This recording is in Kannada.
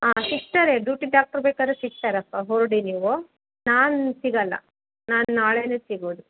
ಹಾಂ ಸಿಗ್ತಾರೆ ಡ್ಯೂಟಿ ಡಾಕ್ಟ್ರು ಬೇಕಾರೆ ಸಿಗ್ತಾರಪ್ಪ ಹೊರಡಿ ನೀವು ನಾನು ಸಿಗಲ್ಲ ನಾನು ನಾಳೆನೇ ಸಿಗೋದು